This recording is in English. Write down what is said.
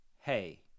hey